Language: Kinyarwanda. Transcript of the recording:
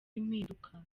impinduka